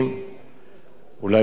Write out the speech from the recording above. אולי אפשר להתפשר באמצע.